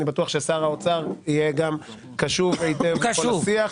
ואני בטוח ששר האוצר יהיה קשוב היטב בכל השיח.